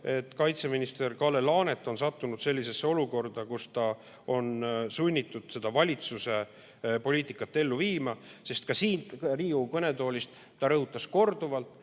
et kaitseminister Kalle Laanet on sattunud sellisesse olukorda, kus ta on sunnitud seda valitsuse poliitikat ellu viima. Ka siin Riigikogu kõnetoolis ta rõhutas korduvalt,